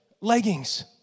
leggings